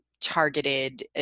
targeted